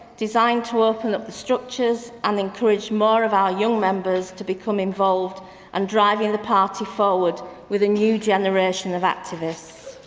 designed to open up the structure and encourage more ah young members to become involved and driving the party forward with a new generation of activists